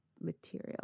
material